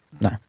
No